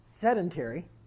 sedentary